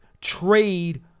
trade